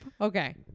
Okay